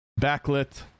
backlit